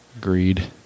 Greed